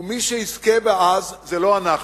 ומי שיזכה זה לא אנחנו.